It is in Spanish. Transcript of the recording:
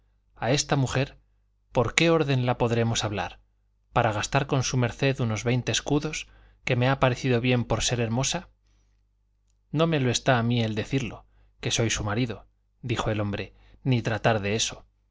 a esta mujer por qué orden la podremos hablar para gastar con su merced unos veinte escudos que me ha parecido bien por ser hermosa no me lo está a mí el decirlo que soy su marido dijo el hombreni tratar de eso